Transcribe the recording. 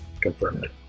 Confirmed